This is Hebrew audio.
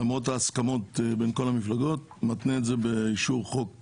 למרות ההסכמות בין כל המפלגות מתנה את זה באישור חוק